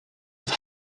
have